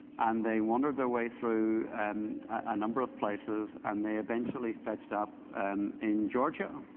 and they wandered their way through um a number of places. and they eventually fetched up in georgia,